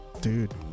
Dude